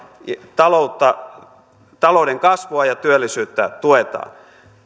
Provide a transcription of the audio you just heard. taloutta talouden kasvua ja työllisyyttä tuetaan